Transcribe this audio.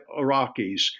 Iraqis